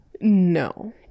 no